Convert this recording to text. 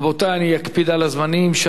רבותי, אני אקפיד על הזמנים.